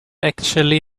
actually